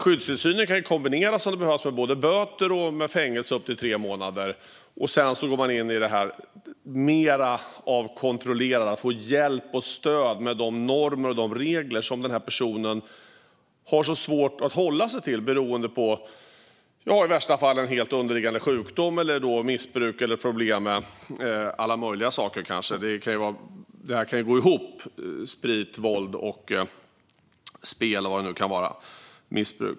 Skyddstillsyn kan kombineras med böter och fängelse i upp till tre månader. Sedan blir det mer fråga om att personen ska få hjälp och stöd med de normer och regler som det har varit svårt att hålla sig till, vilket kan bero på en i värsta fall helt underliggande sjukdom, missbruk eller problem med alla möjliga saker. Sprit, våld, spel och missbruk går ihop.